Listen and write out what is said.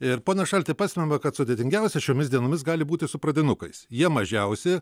ir pone šalti pastebima kad sudėtingiausia šiomis dienomis gali būti su pradinukais jie mažiausi